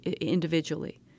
individually